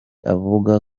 avuga